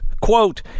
quote